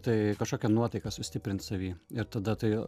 tai kažkokią nuotaiką sustiprint savy ir tada tai